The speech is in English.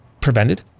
prevented